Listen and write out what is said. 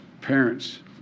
parents